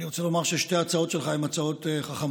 אני רוצה לומר ששתי ההצעות שלך הן הצעות חכמות,